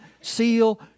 seal